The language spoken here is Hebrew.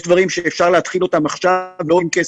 יש דברים שאפשר להתחיל כבר עכשיו ולא עולים כסף.